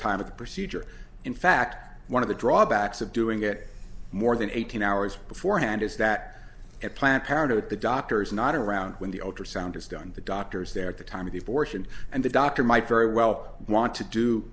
time of the procedure in fact one of the drawbacks of doing it more than eighteen hours beforehand is that at planned parenthood the doctor's not around when the ultrasound is done the doctor's there at the time of the fortune and the doctor might very well want to do